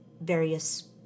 various